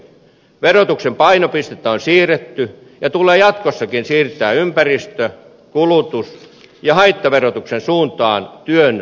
verotuksen painopistettä on siirretty ja tulee jatkossakin siirtää ympäristö kulutus ja haittaverotuksen suuntaan työn verottamisesta